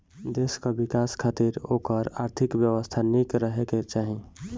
देस कअ विकास खातिर ओकर आर्थिक व्यवस्था निक रहे के चाही